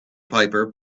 piper